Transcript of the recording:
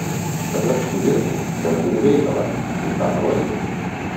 kad aš su vincu dar turiu reikalą kai ką nurodyti